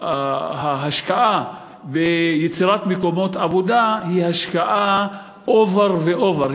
כאילו ההשקעה ביצירת מקומות עבודה היא השקעה over ו-over,